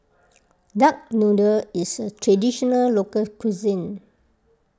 Duck Noodle is a Traditional Local Cuisine